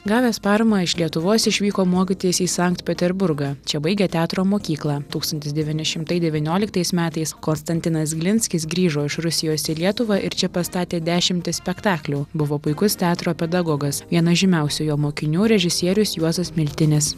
gavęs paramą iš lietuvos išvyko mokytis į sankt peterburgą čia baigė teatro mokyklą tūkstantis devyni šimtai devynioliktais metais konstantinas glinskis grįžo iš rusijos į lietuvą ir čia pastatė dešimtis spektaklių buvo puikus teatro pedagogas vienas žymiausių jo mokinių režisierius juozas miltinis